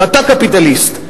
ואתה קפיטליסט,